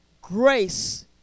grace